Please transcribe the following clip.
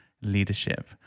leadership